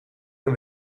een